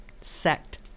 sect